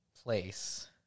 place